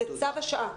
זה צו השעה.